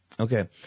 Okay